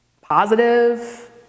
positive